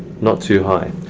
not too high.